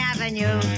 Avenue